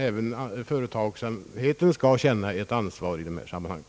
även företagsamheten skall känna ansvar i detta sammanhang.